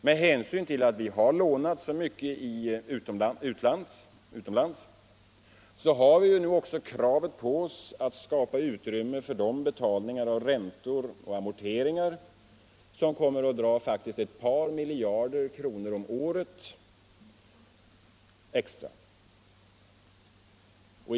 Med hänsyn till att vi lånat så mycket utomlands har vi nu också kravet på oss att skapa utrymme för betalningar av räntor och amorteringar, som kommer att dra ett par miljarder kronor extra per år.